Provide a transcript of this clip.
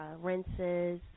rinses